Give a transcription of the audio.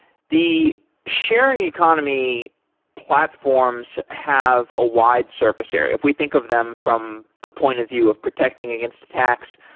the sharing economy platforms have a wide surface area. if we think of them from the point of view of protecting against attacks,